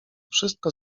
wszystko